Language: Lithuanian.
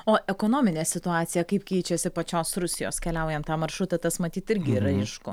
o ekonominė situacija kaip keičiasi pačios rusijos keliaujant tą maršrutą tas matyt irgi yra aišku